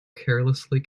carelessly